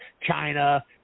China